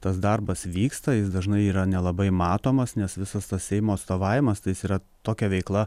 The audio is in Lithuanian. tas darbas vyksta jis dažnai yra nelabai matomas nes visas tas seimo atstovavimas tai jis yra tokia veikla